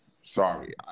Sorry